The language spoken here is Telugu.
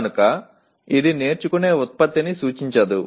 కనుక ఇది నేర్చుకునే ఉత్పత్తిని సూచించదు